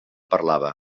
parlava